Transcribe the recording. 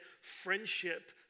friendship